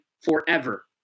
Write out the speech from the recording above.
forever